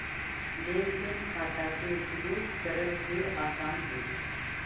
लेन देन खाता के उपयोग करल ढेर आसान हई